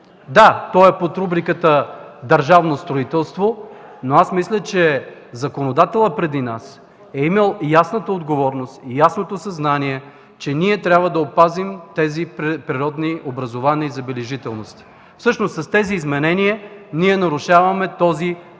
Да, то е под рубриката „Държавно строителство”, но аз мисля, че законодателят преди нас е имал ясната отговорност и ясното съзнание, че ние трябва да опазим тези природни образувания и забележителности. Всъщност, с тези изменения ние нарушаваме този дълбок